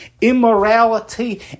immorality